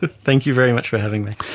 thank you very much for having me.